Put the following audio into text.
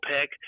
pick